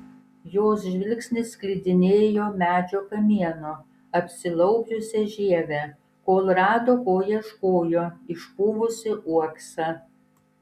jos žvilgsnis klydinėjo medžio kamienu apsilaupiusia žieve kol rado ko ieškojo išpuvusį uoksą